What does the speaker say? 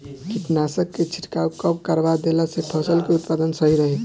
कीटनाशक के छिड़काव कब करवा देला से फसल के उत्पादन सही रही?